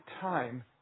time